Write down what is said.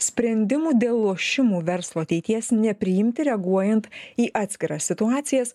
sprendimų dėl lošimų verslo ateities nepriimti reaguojant į atskiras situacijas